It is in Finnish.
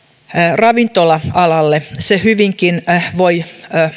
ravintola alalle se hyvinkin voi